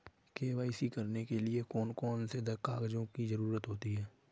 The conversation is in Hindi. के.वाई.सी करने के लिए कौन कौन से कागजों की जरूरत होती है?